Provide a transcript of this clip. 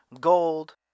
gold